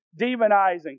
demonizing